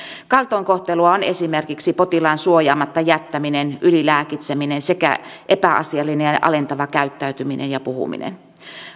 kaltoinkohtelua on esimerkiksi potilaan suojaamatta jättäminen ylilääkitseminen sekä epäasiallinen ja ja alentava käyttäytyminen ja puhuminen